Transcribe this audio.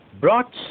brought